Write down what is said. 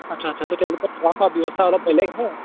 আচ্ছা আচ্ছা ত' তেওঁলোকৰ থকা খোৱা ব্যৱস্থা অলপ বেলেগ ন